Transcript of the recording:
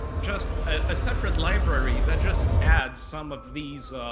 just a separate library that just adds some of these.